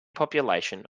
population